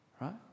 right